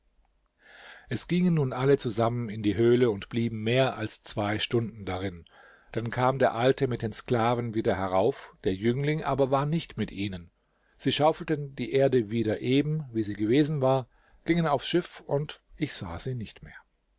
es gingen nun alle zusammen in die höhle und blieben mehr als zwei stunden darin dann kam der alte mit den sklaven wieder herauf der jüngling aber war nicht mit ihnen sie schaufelten die erde wieder eben wie sie gewesen war gingen aufs schiff und ich sah sie nicht mehr